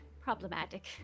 problematic